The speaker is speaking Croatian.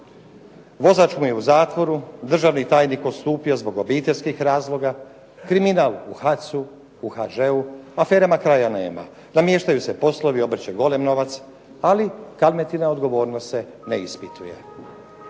vozač mu je u zatvoru, državni tajnik odstupio zbog obiteljskih razloga, kriminal u HAC-u u HŽ-u aferama kraja nema. Namještaju se poslovi, obrće golem novac ali Kalmetina odgovornosti se ne ispituje.